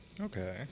Okay